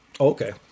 Okay